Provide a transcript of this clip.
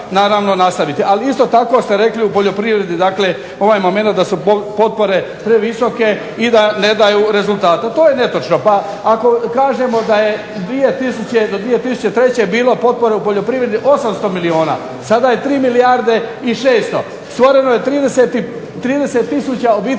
naravno nastaviti. Ali, isto tako ste rekli u poljoprivredi dakle ovaj momenat da su potpore previsoke i da ne daju rezultata. To je netočno. Pa ako kažemo da je 2000. do 2003. bilo potpore u poljoprivredi 800 milijuna, sada je 3 milijarde i 600. Stvoreno je 30 tisuća obiteljskih